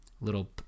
little